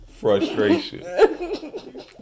frustration